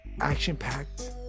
action-packed